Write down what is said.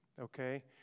okay